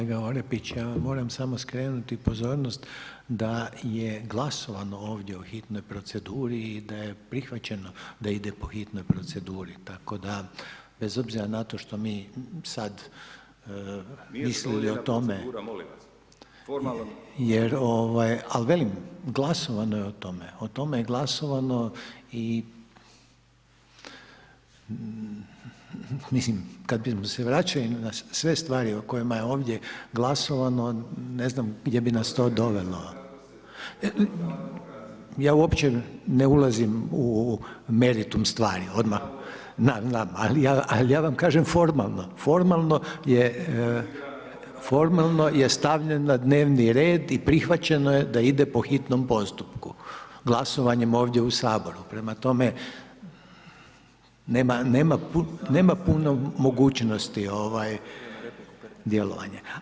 Hvala vam kolega Orepić, ja vam moram samo skrenuti pozornost da je glasovano ovdje o hitnoj proceduri i da je prihvaćeno da ide po hitnoj proceduri, tako da bez obzira na to što mi sad, mislili o tome [[Upadica Vlaho Orepić: Nije zadovoljena procedura, molim vas, formalno]] jer ovaj, al velim glasovano je o tome, o tome je glasovano i mislim kad bi se vraćali na sve stvari o kojima je ovdje glasovano, ne znam gdje bi nas to dovelo. … [[Upadica: govornik se ne razumije.]] Ja uopće ne ulazim u meritum stvari odmah … [[Upadica: govornik se ne razumije.]] da znam, znam, ali ja vam kažem formalno, formalno je … [[Upadica: govornik se ne razumije.]] formalno je stavljen na dnevni red i prihvaćeno je da ide po hitnom postupku glasovanjem ovdje u Saboru, prema tome, nema, nema puno … [[Upadica: govornik se ne razumije.]] mogućnosti ovaj djelovanja.